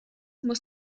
muss